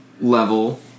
level